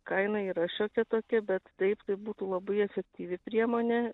kaina yra šiokia tokia bet taip tai būtų labai efektyvi priemonė